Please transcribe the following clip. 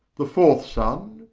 the fourth sonne,